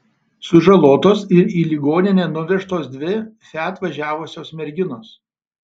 sužalotos ir į ligoninę nuvežtos dvi fiat važiavusios merginos